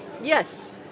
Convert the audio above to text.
yes